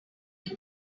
were